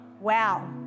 wow